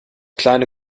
kleine